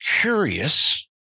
curious